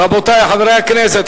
רבותי חברי הכנסת.